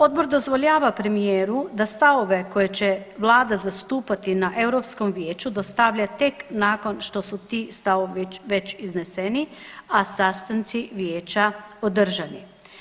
Odbor dozvoljava premijeru da stavove koje će vlada zastupati na Europskom vijeću dostavlja tek nakon što su ti stavovi već izneseni, a sastanci vijeća održani.